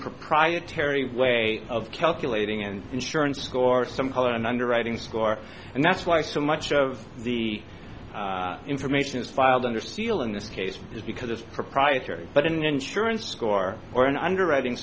proprietary way of calculating and insurance score some call it an underwriting score and that's why so much of the information is filed under seal in this case because it's proprietary but an insurance score or an underwriting